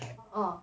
oh